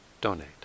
donate